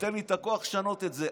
ייתן לי את הכוח לשנות את זה.